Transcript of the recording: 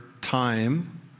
time